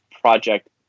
project